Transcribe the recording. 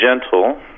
gentle